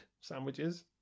sandwiches